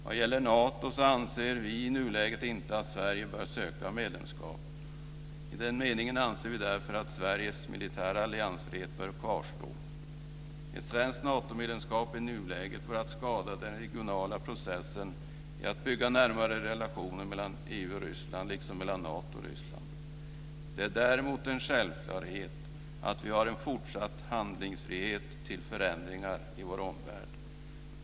Vad gäller Nato anser vi i nuläget inte att Sverige bör söka medlemskap. I den meningen anser vi därför att Sveriges militära alliansfrihet bör kvarstå. Ett svenskt Natomedlemskap i nuläget vore att skada den regionala processen när det gäller att bygga närmare relationer mellan EU och Ryssland, liksom mellan Nato och Ryssland. Det är däremot en självklarhet att vi har en fortsatt handlingsfrihet till förändringar i vår omvärld.